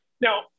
Now